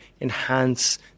enhance